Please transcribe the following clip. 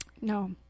no